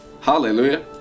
Hallelujah